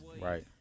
Right